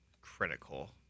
critical